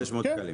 ה-top.